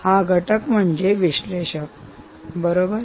हा घटक म्हणजे विश्लेषक बरोबर